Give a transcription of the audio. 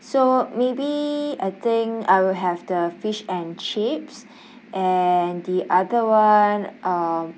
so maybe I think I will have the fish and chips and the other [one] um